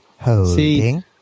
Holding